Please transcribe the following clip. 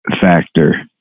factor